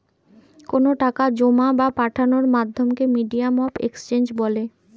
কোনো টাকা জোমা বা পাঠানোর মাধ্যমকে মিডিয়াম অফ এক্সচেঞ্জ বলে